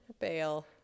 Bail